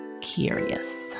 curious